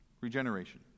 regeneration